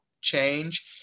change